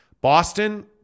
Boston